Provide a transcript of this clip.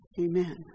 Amen